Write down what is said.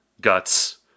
Guts